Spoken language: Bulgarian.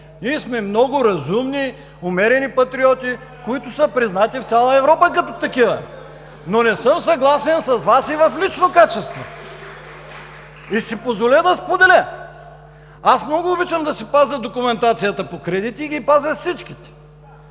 Ние сме много разумни, умерени патриоти, които са признати в цяла Европа като такива. Не съм съгласен с Вас и в лично качество. Ще си позволя да споделя. Много обичам да си пазя документацията по кредитите. Пазя всичките